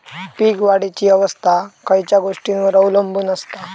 पीक वाढीची अवस्था खयच्या गोष्टींवर अवलंबून असता?